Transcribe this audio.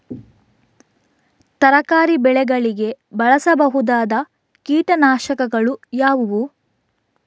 ತರಕಾರಿ ಬೆಳೆಗಳಿಗೆ ಬಳಸಬಹುದಾದ ಕೀಟನಾಶಕಗಳು ಯಾವುವು?